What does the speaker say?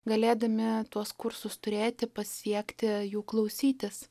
galėdami tuos kursus turėti pasiekti jų klausytis